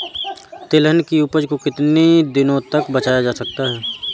तिलहन की उपज को कितनी दिनों तक बचाया जा सकता है?